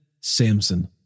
Samson